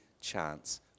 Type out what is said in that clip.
chance